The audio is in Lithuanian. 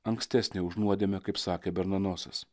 ankstesnė už nuodėmę kaip sakė bernanosas